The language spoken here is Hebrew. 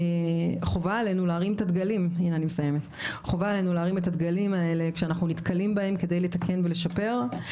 חובה עלינו להרים את הדגלים האלה כשאנחנו נתקלים בהם כדי לתקן ולשפר.